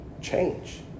change